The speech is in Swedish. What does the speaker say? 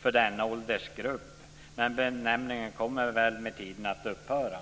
för denna åldersgrupp, men det bruket kommer väl med tiden att upphöra.